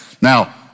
Now